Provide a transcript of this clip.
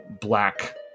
black